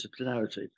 disciplinarity